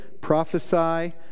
prophesy